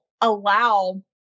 allow